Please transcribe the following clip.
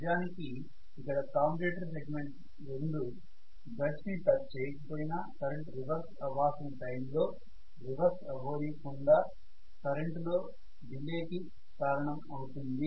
నిజానికి ఇక్కడ commutator segment 2 brush ని టచ్ చేయకపోయినా కరెంటు రివర్స్ అవ్వాల్సిన టైం లో రివర్స్ అవ్వకుండా కరెంటు లో డిలే కి కారణం అవుతుంది